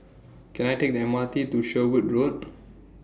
Can I Take The M R T to Sherwood Road